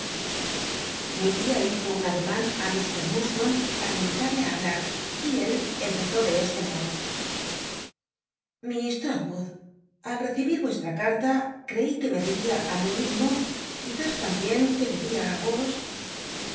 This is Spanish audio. mi tia hizo un ademan á mr murdstone para jn itarle á hablar y él empezó de este modo miss trotwood al recibir ys carta creí que me debía i mí mismo quiz is tambien que debía á os